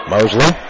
Mosley